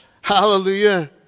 Hallelujah